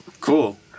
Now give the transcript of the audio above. Cool